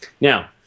Now